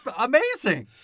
amazing